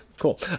cool